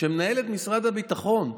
ומנהל את משרד הביטחון,